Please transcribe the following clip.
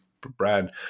Brad